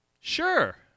Sure